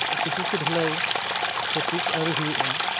PCC ᱥᱮ ᱰᱷᱟᱹᱞᱟᱹᱭ ᱥᱮ ᱯᱤᱪ ᱟᱣᱨᱤ ᱦᱩᱭᱩᱜᱼᱟ